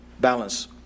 balance